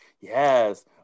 Yes